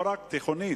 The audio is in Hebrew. לא רק תיכונית,